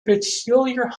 peculiar